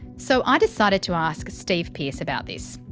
so i decided to ask steve pearce about this.